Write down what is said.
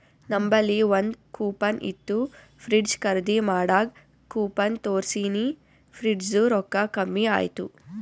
ನಂಬಲ್ಲಿ ಒಂದ್ ಕೂಪನ್ ಇತ್ತು ಫ್ರಿಡ್ಜ್ ಖರ್ದಿ ಮಾಡಾಗ್ ಕೂಪನ್ ತೋರ್ಸಿನಿ ಫ್ರಿಡ್ಜದು ರೊಕ್ಕಾ ಕಮ್ಮಿ ಆಯ್ತು